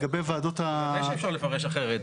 בוודאי שאפשר לפרש אחרת.